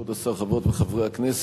כבוד השר, חברות וחברי הכנסת,